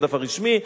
הדף הרשמי.